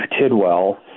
Tidwell